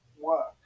work